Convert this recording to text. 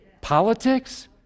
Politics